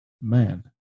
man